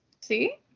See